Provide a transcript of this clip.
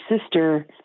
sister